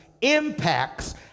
impacts